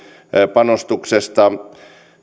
panostuksesta